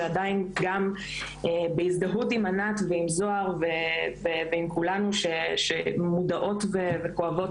ועדיין גם בהזדהות עם ענת ועם זהר ועם כולנו שמודעות וכואבות